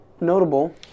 notable